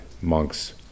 monks